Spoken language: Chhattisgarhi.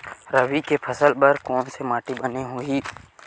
रबी के फसल बर कोन से माटी बने होही?